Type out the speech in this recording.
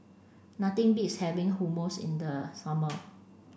nothing beats having Hummus in the summer